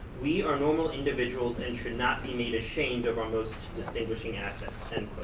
we are normal individuals and should not be made ashamed of our most distinguishing assets, and